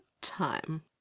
time